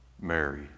Mary